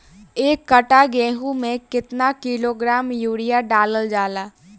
एक कट्टा गोहूँ में केतना किलोग्राम यूरिया डालल जाला?